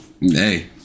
hey